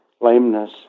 lameness